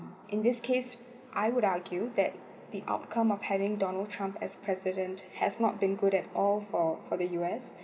in this case I would argue that the outcome of heading donald trump as president has not been good at all for for the U_S